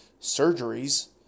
surgeries